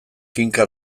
kinka